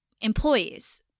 employees